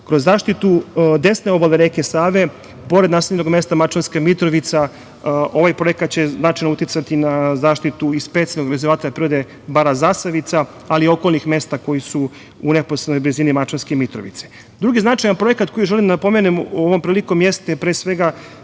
Kroz zaštitu desne obale reke Save pored naseljenog mesta Mačvanska Mitrovica ovaj projekat će značajno uticati na zaštitu i specijalnog rezervata prirode bara „Zasavica“, ali i okolnih mesta koja su u neposrednoj blizini Mačvanske Mitrovice. Drugi značajan projekat, koji želim da napomenem ovom prilikom, jeste pre svega,